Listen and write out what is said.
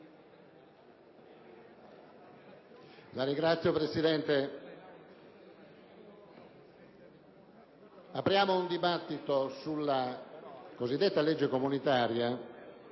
Signor Presidente, apriamo un dibattito sulla cosiddetta legge comunitaria